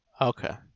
Okay